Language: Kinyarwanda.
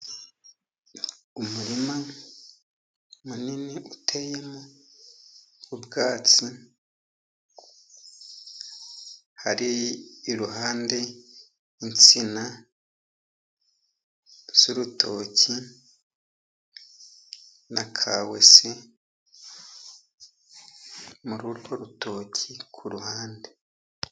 Umurima munini uteyemo ubwatsi, hari iruhande insina z'urutoki na kawesi, muri urwo rutoki ku ruhande.